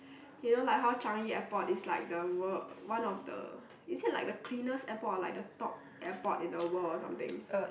you know like how Changi-Airport is like the world one of the is it like the cleanest airport or like the top airport in a world or something